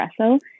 espresso